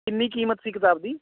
ਕਿੰਨੀ ਕੀਮਤ ਸੀ ਕਿਤਾਬ ਦੀ